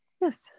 yes